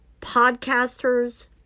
podcasters